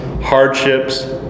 hardships